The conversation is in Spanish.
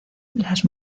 las